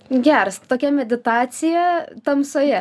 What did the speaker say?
geras tokia meditacija tamsoje